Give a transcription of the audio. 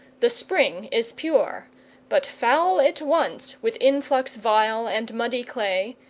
the spring is pure but foul it once with influx vile and muddy clay,